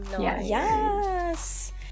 Yes